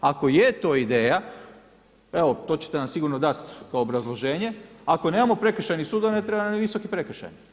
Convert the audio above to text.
Ako je to ideja, evo, to ćete nam sigurno dati obrazloženje, ako nemamo prekršajnih sudova, ne treba nam ni visoki prekršaj.